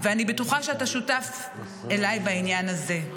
ואני בטוחה שאתה שותף אליי בעניין הזה,